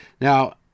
Now